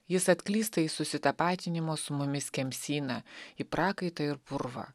jis atklysta į susitapatinimo su mumis kemsyną į prakaitą ir purvą